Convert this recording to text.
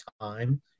time